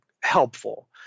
helpful